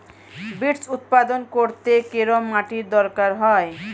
Beets উৎপাদন করতে কেরম মাটির দরকার হয়?